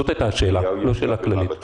זו היתה השאלה, לא שאלה כללית.